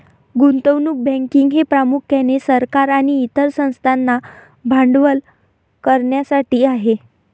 गुंतवणूक बँकिंग हे प्रामुख्याने सरकार आणि इतर संस्थांना भांडवल करण्यासाठी आहे